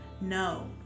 No